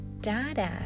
Dada